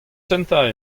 kentañ